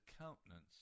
countenance